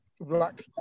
black